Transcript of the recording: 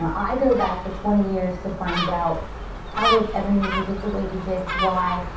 i go back the twenty years to find out how did ebeneezer get the way he did, why,